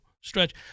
stretch